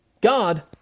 God